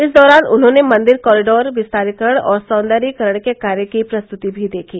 इस दौरान उन्होंने मंदिर कॉरिडोर विस्तारीकरण और सौन्दर्यीकरण के कार्य की प्रस्तती भी देखी